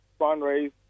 fundraise